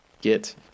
get